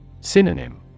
Synonym